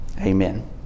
Amen